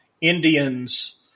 Indians